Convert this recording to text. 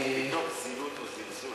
מתוך זילות או זלזול.